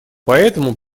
поэтому